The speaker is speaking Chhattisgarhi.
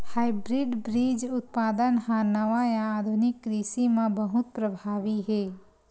हाइब्रिड बीज उत्पादन हा नवा या आधुनिक कृषि मा बहुत प्रभावी हे